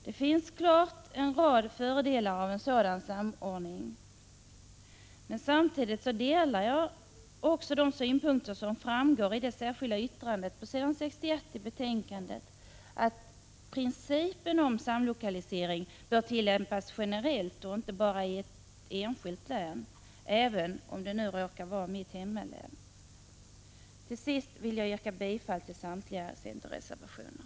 Det finns en rad klara fördelar med en sådan samordning. Samtidigt delar jag också de synpunkter som framgår i det särskilda yttrandet på s. 61 i betänkandet, att principen om samlokalisering bör tillämpas generellt och inte bara i ett enskilt län, även om det råkar vara mitt hemlän. Till sist vill jag yrka bifall till samtliga centerreservationer.